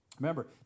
Remember